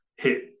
Hit